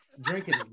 drinking